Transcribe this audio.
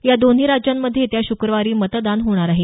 या दोन्ही राज्यांमध्ये येत्या श्क्रवारी मतदान होणार आहे